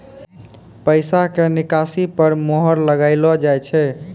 पैसा के निकासी पर मोहर लगाइलो जाय छै